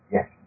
Yes